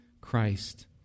Christ